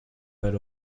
but